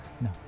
No